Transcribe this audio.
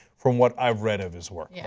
from what i have read of his work. yeah